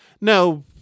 no